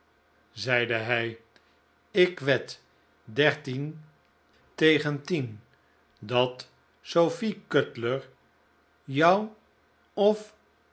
zeide hij ik wed dertien tegen tien dat sophy cutler jou of